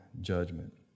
judgment